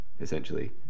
essentially